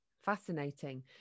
Fascinating